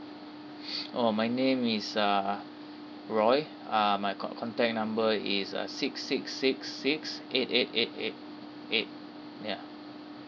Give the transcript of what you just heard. oh my name is uh roy uh my contact number is uh six six six six eight eight eight eight eight ya